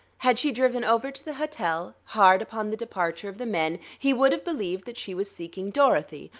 had she driven over to the hotel, hard upon the departure of the men, he would have believed that she was seeking dorothy,